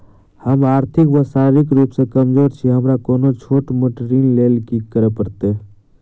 हम आर्थिक व शारीरिक रूप सँ कमजोर छी हमरा कोनों छोट मोट ऋण लैल की करै पड़तै?